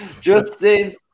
Justin